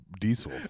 diesel